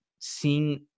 seeing